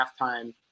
halftime